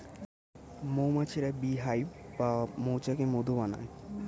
মৌমাছিরা bee hive বা মৌচাকে মধু বানায়